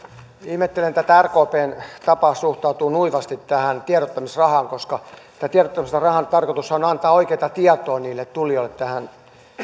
ihmettelen tätä rkpn tapaa suhtautua nuivasti tähän tiedottamisrahaan koska tämän tiedottamisrahan tarkoitushan on antaa oikeata tietoa niille tulijoille